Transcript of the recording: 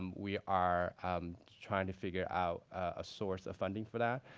um we are trying to figure out a source of funding for that.